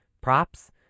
props